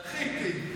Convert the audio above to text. זכיתי.